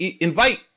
invite